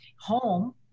home